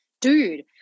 dude